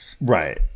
Right